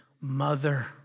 mother